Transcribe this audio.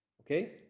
Okay